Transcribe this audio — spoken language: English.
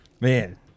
Man